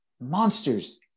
monsters